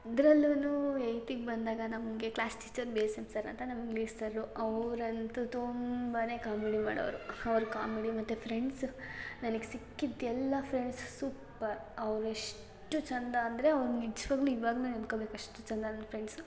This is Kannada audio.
ಇದ್ರಲ್ಲೂ ಏಯ್ತಿಗೆ ಬಂದಾಗ ನಮಗೆ ಕ್ಲಾಸ್ ಟೀಚರ್ ಬೇಸಮ್ ಸರ್ ಅಂತ ನಮ್ಮ ಇಂಗ್ಲೀಷ್ ಸರ್ರು ಅವರಂತೂ ತುಂಬಾ ಕಾಮಿಡಿ ಮಾಡೋವ್ರು ಅವ್ರ ಕಾಮಿಡಿ ಮತ್ತು ಫ್ರೆಂಡ್ಸ್ ನನಗೆ ಸಿಕ್ಕಿದ್ದು ಎಲ್ಲ ಫ್ರೆಂಡ್ಸು ಸೂಪ್ಪರ್ ಅವರೆಷ್ಟು ಚಂದ ಅಂದರೆ ಅವ್ರು ನಿಜ್ವಾಗ್ಯೂ ಇವಾಗಲೂ ನೆನ್ಕೋಬೇಕು ಅಷ್ಟು ಚಂದ ನನ್ನ ಫ್ರೆಂಡ್ಸು